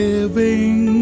Living